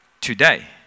Today